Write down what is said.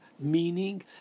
meaning